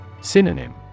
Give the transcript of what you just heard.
Synonym